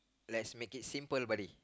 lets make it simple buddy